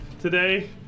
Today